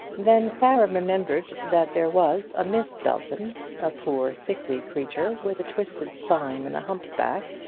then clara remembered that there was a miss belton a poor sickly creature, with a twisted spine and a hump back,